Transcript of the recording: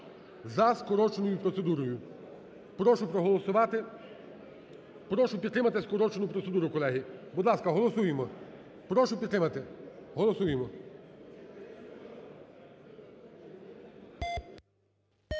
за скороченою процедурою. Прошу проголосувати, прошу підтримати скорочену процедуру, колеги, будь ласка, голосуємо. Прошу підтримати, голосуємо.